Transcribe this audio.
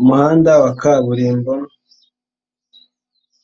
Umuhanda wa kaburimbo